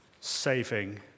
saving